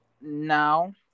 now